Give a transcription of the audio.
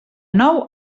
nou